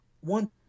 one